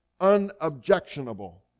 unobjectionable